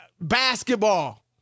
basketball